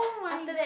after that